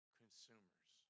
consumers